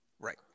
Right